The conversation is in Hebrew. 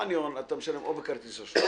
חניון, אתה משלם או בכרטיס אשראי